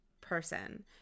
person